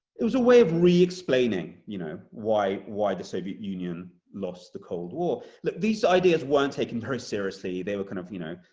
it was a way of re-explaining you know why why the soviet union lost the cold war. like these ideas weren't taken very seriously. they were, kind of you know,